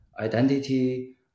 Identity